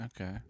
Okay